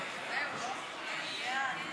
לעצמאיות,